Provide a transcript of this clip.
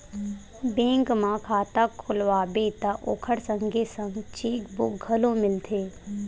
bank म खाता खोलवाबे त ओखर संगे संग चेकबूक घलो मिलथे